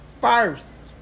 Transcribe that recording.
first